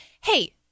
Hey